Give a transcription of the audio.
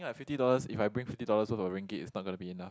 ya fifty dollars if I bring fifty dollars all for ringgit is not gonna be enough